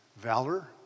valor